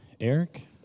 Eric